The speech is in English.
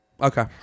okay